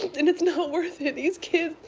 and it's not worth it these kids.